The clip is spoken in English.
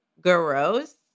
gross